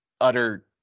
utter